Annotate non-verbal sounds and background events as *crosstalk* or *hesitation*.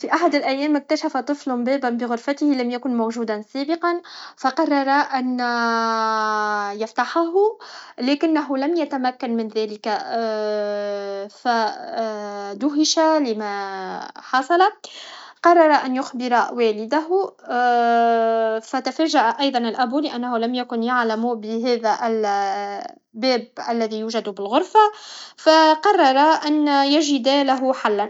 في احد الأيام اكتشف طفل يايا بغرفته لم يمن موجودا سابقا فقرر ان *hesitation* يفتحه لكنه لم يتمكن من ذلك *hesitation* ف *hesitation* دهش لما حصل قرر ان يخبر والده *hesitation* فتفاجا أيضا الاب لانه لم يكن يعلم بهذا *hesitation* الباب الذي يوجد بالغرفه فقرر ان يجد له حلا